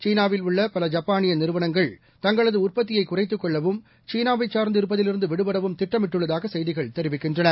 சீனாவில் உள்ள பல ஜப்பானிய நிறுவனங்கள் தங்களது உற்பத்தியை குறைத்துக் கொள்ளவும் சீனாவைச் சார்ந்து இருப்பதிலிருந்து விடுபடவும் திட்டமிட்டுள்ளதாக செய்திகள் தெரிவிக்கின்றன